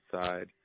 side